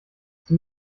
sie